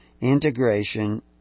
integration